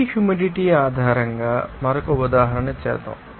ఈ హ్యూమిడిటీ ఆధారంగా మరొక ఉదాహరణ చేద్దాం